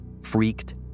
freaked